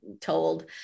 told